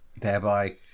thereby